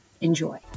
Enjoy